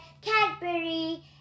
Cadbury